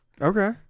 Okay